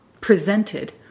presented